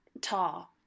tall